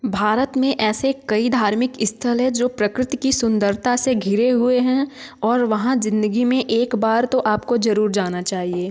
भारत में ऐसे कई धार्मिक स्थल हैं जो प्रकृति की सुंदरता से घिरे हुए हैं और वहाँ ज़िन्दगी में एक बार तो आपको ज़रूर जाना चाहिए